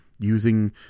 Using